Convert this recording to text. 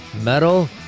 Metal